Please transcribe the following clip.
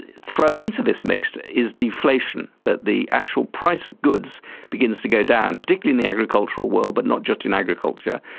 thrown into this mix is deflation, that the actual price of goods begins to go down, particularly in the agricultural world but not just in agriculture.